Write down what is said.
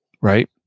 right